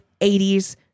80s